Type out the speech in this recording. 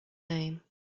name